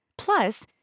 Plus